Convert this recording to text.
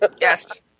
Yes